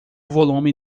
volume